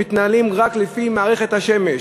שמתנהלים רק לפי מערכת השמש.